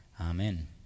amen